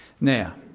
Now